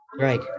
Right